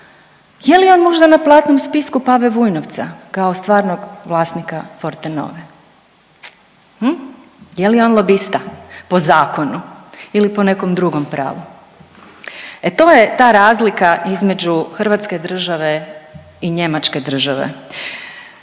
je li on možda na platnom spisku Pave Vujnovca kao stvarnog vlasnika Forte nove? Je li on lobista po zakonu ili po nekom drugom pravu? E to je ta razlika između Hrvatske države i Njemačke države.